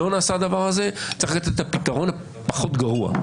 לא נעשה הדבר הזה, צריך לתת את הפתרון הפחות גרוע.